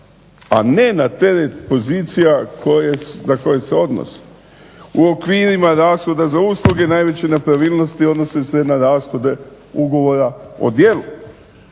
a ne na teret pozicija na koje se odnose. U okvirima rashoda za usluge najveće nepravilnosti odnose se na rashode ugovora o djelu".